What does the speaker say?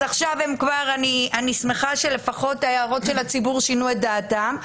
אז אני שמחה לפחות שההערות של הציבור שינו את דעתם,